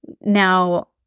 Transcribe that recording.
Now